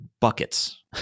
buckets